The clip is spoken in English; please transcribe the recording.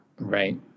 right